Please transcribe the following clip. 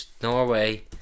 Norway